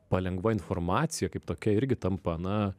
palengva informacija kaip tokia irgi tampa na